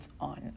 on